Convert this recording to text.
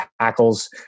tackles